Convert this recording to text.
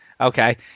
Okay